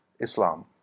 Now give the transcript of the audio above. Islam